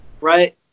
right